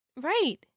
right